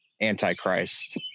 antichrist